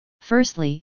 Firstly